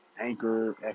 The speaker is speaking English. Anchor